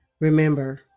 remember